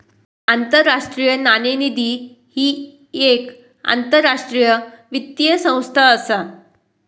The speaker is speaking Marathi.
आंतरराष्ट्रीय नाणेनिधी ही येक आंतरराष्ट्रीय वित्तीय संस्था असा